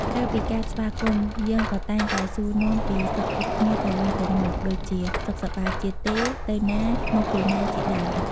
ក្រៅពីការស្វាគមន៍ យើងក៏តែងតែសួរនាំពីសុខទុក្ខគ្នាទៅវិញទៅមកដូចជា "សុខសប្បាយជាទេ?", "ទៅណា?", "មកពីណា?" ជាដើម។